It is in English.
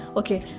okay